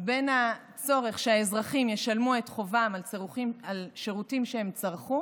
בין הצורך שהאזרחים ישלמו את חובם על שירותים שהם צרכו